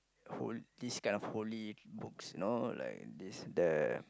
hol~ this kind holy books you know like this the